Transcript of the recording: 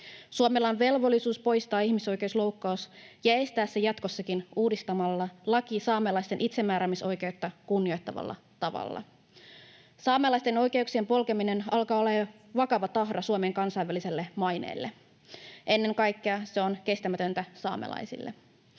Suomella on velvollisuus poistaa ihmisoikeusloukkaus ja estää se jatkossakin uudistamalla laki saamelaisten itsemääräämisoikeutta kunnioittavalla tavalla. Saamelaisten oikeuksien polkeminen alkaa olla jo vakava tahra Suomen kansainväliselle maineelle. Ennen kaikkea se on kestämätöntä saamelaisille.